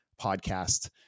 podcast